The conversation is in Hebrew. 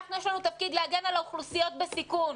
אנחנו, יש לנו תפקיד להגן על האוכלוסיות בסיכון,